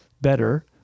better